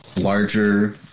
larger